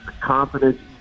confidence